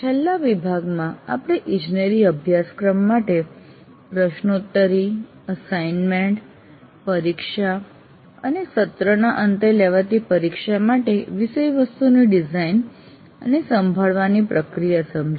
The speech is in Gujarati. છેલ્લા વિભાગમાં આપણે ઇજનેરી અભ્યાસક્રમ માટે પ્રશ્નોત્તરી અસાઇનમેન્ટ પરીક્ષા અને સેમેસ્ટર ના અંતે લેવાતી પરીક્ષા માટે વિષયવસ્તુની ડિઝાઇન અને સંભાળવાની પ્રક્રિયા સમજી